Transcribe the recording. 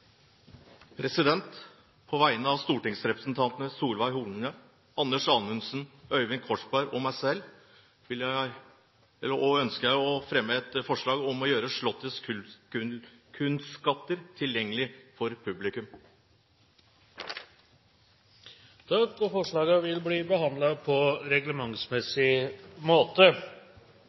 På vegne av stortingsrepresentantene Solveig Horne, Øyvind Korsberg og meg selv ønsker jeg å fremme et forslag om å gjøre Slottets kulturskatter tilgjengelige for publikum. Forslagene vil bli behandlet på reglementsmessig måte.